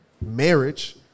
marriage